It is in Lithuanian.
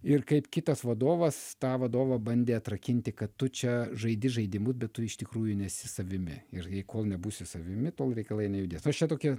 ir kaip kitas vadovas tą vadovą bandė atrakinti kad tu čia žaidi žaidimus bet tu iš tikrųjų nesi savimi ir kol nebūsi savimi tol reikalai nejudės aš čia tokia